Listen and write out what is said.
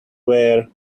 wear